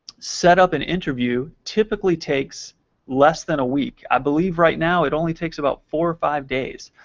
setup an interview, typically takes less than a week. i believe right now it only takes about four five days.